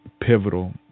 pivotal